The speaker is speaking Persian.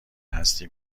هستی